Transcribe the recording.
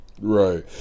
Right